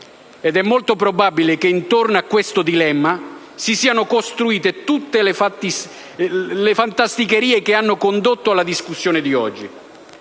Ed è molto probabile che intorno a questo dilemma si siano costruite tutte le fantasticherie che hanno condotto alla discussione di oggi.